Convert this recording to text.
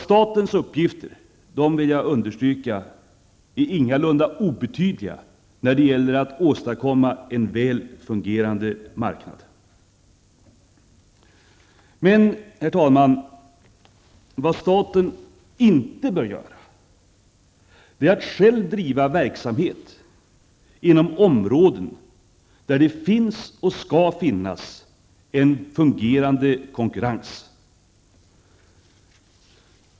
Statens uppgifter, det vill jag understryka, är ingalunda obetydliga när det gäller att åstadkomma en väl fungerande marknad. Men, herr talman, vad staten inte bör göra det är att själv driva verksamhet inom områden där det finns och skall finnas en fungerande konkurrens.